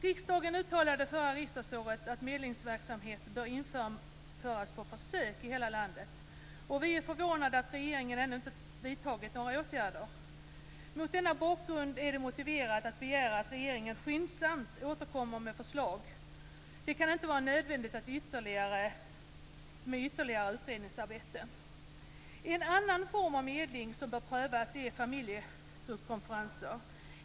Riksdagen uttalade under förra riksdagsåret att medlingsverksamhet bör införas på försök i hela landet. Vi är förvånade över att regeringen ännu inte har vidtagit några åtgärder. Mot denna bakgrund är det motiverat att begära att regeringen skyndsamt återkommer med förslag. Det kan inte vara nödvändigt med ytterligare utredningsarbete. En annan form av medling som bör prövas är familjegruppskonferenser.